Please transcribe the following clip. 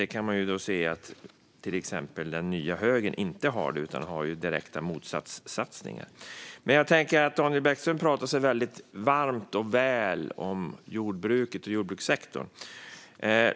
Man kan se att till exempel den nya högern inte har det, utan de har direkta motsatssatsningar. Daniel Bäckström pratar varmt och väl om jordbruket och jordbrukssektorn.